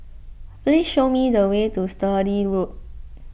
please show me the way to Sturdee Road